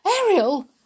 Ariel